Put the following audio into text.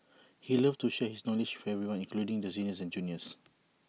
he loved to share his knowledge with everyone including the seniors and juniors